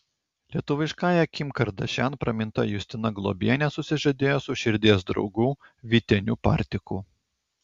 lietuviškąja kim kardašian praminta justina globienė susižadėjo su širdies draugu vyteniu partiku